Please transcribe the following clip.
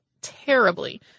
terribly